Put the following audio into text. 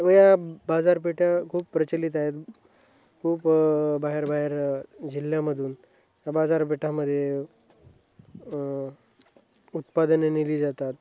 या बाजारपेठ्या खूप प्रचलित आहेत खूप बाहेर बाहेर जिल्ह्यामधून बाजारपेठामध्ये उत्पादने नेली जातात